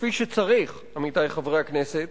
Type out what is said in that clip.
כפי שצריך, עמיתי חברי הכנסת,